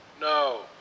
No